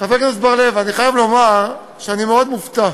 חבר הכנסת בר-לב, אני חייב לומר שאני מאוד מופתע.